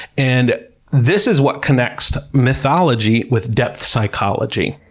and this is what connects mythology with depth psychology.